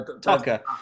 Tucker